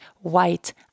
white